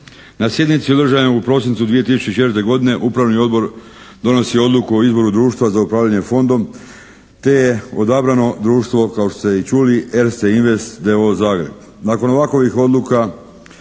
Na sjednici održanoj u prosincu 2004. godine Upravni odbor donosi odluku o izboru društva za upravljanje Fondom te je odabrano društva, kao što ste i čuli, Erste Invest d.o.o., Zagreb.